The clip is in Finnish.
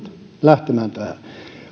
lähtemään